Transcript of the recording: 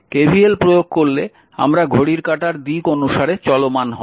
KVL প্রয়োগ করলে আমরা ঘড়ির কাঁটার দিক অনুসারে চলমান হব